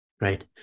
right